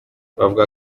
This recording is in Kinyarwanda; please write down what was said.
bavuga